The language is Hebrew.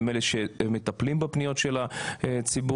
הם אלה שמטפלים בפניות של הציבור,